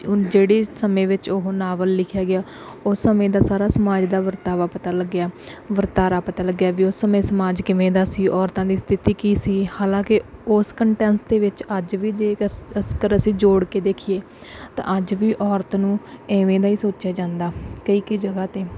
ਉਹ ਜਿਹੜੇ ਸਮੇਂ ਵਿੱਚ ਉਹ ਨਾਵਲ ਲਿਖਿਆ ਗਿਆ ਉਸ ਸਮੇਂ ਦਾ ਸਾਰਾ ਸਮਾਜ ਦਾ ਵਰਤਾਵਾ ਪਤਾ ਲੱਗਿਆ ਵਰਤਾਰਾ ਪਤਾ ਲੱਗਿਆ ਵੀ ਉਸ ਸਮੇਂ ਸਮਾਜ ਕਿਵੇਂ ਦਾ ਸੀ ਔਰਤਾਂ ਦੀ ਸਥਿਤੀ ਕੀ ਸੀ ਹਾਲਾਂਕਿ ਉਸ ਕੰਟੈਂਸ ਦੇ ਵਿੱਚ ਅੱਜ ਵੀ ਜੇਕਰ ਅਸੀਂ ਜੋੜ ਕੇ ਦੇਖੀਏ ਤਾਂ ਅੱਜ ਵੀ ਔਰਤ ਨੂੰ ਐਵੇਂ ਦਾ ਹੀ ਸੋਚਿਆ ਜਾਂਦਾ ਕਈ ਕਈ ਜਗ੍ਹਾ ਤੇ'